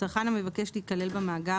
צרכן המבקש להיכלל במאגר,